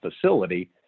facility